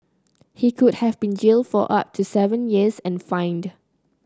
he could have been jailed for up to seven years and fined